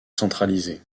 centralisée